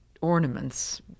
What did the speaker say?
ornaments